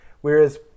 Whereas